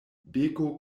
beko